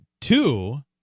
two